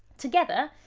together,